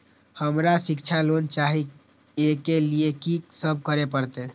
हमरा शिक्षा लोन चाही ऐ के लिए की सब करे परतै?